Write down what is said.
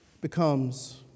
becomes